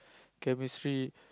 chemistry